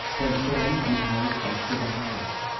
then turned and hurried back to the house.